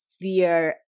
fear